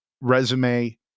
resume